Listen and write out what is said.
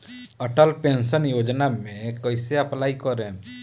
Atal pension योजना मे कैसे अप्लाई करेम?